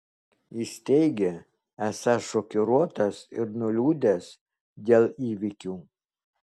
jis teigė esąs šokiruotas ir nuliūdęs dėl įvykių